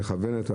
מכוונת,